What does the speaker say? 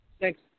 Thanks